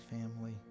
family